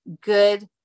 good